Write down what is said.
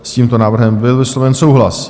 S tímto návrhem byl vysloven souhlas.